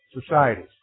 Societies